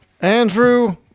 Andrew